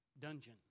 dungeon